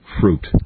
fruit